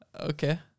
okay